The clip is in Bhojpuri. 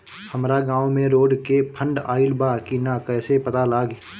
हमरा गांव मे रोड के फन्ड आइल बा कि ना कैसे पता लागि?